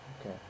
okay